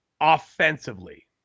offensively